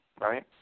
right